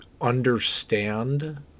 understand